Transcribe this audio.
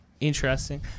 interesting